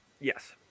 Yes